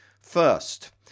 First